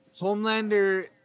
Homelander